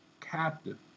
captive